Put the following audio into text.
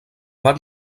van